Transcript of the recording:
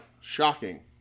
Shocking